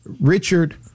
Richard